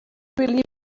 believe